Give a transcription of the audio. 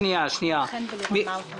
ישראל,